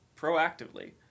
proactively